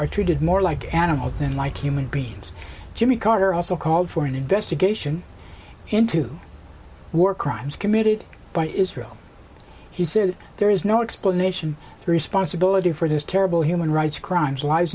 are treated more like animals than like human bein's jimmy carter also called for an investigation into war crimes committed by israel he said there is no explanation responsibility for those terrible human rights crimes lives